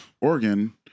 Oregon